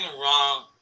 wrong